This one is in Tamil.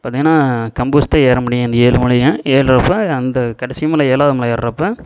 பார்த்தீங்கன்னா கம்பு வெச்தான் ஏற முடியும் அந்த ஏழு மலையையும் ஏறுறப்ப அந்த கடைசி மலை ஏழாவது மலை ஏறுகிறப்ப